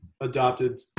adopted